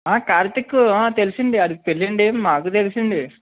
ఆ కార్తీకు ఆ తెలిసింది వాడికి పెళ్ళి అండి మాకు తెలిసింది